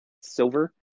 silver